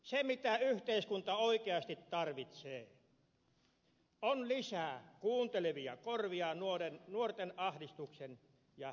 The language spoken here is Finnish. se mitä yhteiskunta oikeasti tarvitsee on lisää kuuntelevia korvia nuorten ahdistuksen ja hädän hetkellä